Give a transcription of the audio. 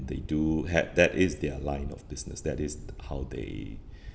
they do ha~ that is their line of business that is how they